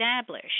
establish